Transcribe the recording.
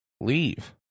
Leave